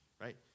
right